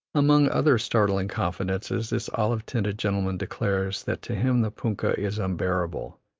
among other startling confidences, this olive-tinted gentleman declares that to him the punkah is unbearable,